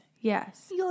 Yes